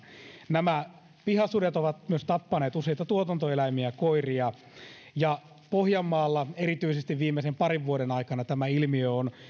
nämä pihasudet ovat myös tappaneet useita tuotantoeläimiä ja koiria pohjanmaalla erityisesti viimeisen parin vuoden aikana tämä ilmiö on